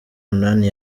munani